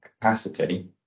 capacity